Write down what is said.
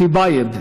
טיבייב.